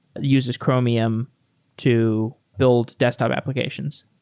uses chromium to build desktop applications.